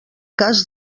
cas